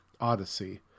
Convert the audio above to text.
Odyssey